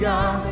God